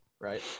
right